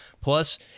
Plus